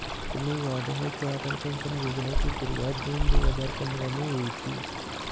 तुम्हें याद है क्या अटल पेंशन योजना की शुरुआत जून दो हजार पंद्रह में हुई थी?